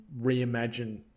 reimagine